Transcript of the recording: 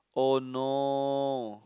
oh no